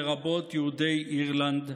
לרבות יהודי אירלנד,